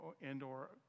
and/or